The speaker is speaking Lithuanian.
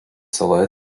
saloje